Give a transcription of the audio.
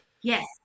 Yes